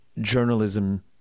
journalism